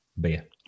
beer